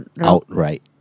outright